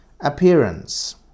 Appearance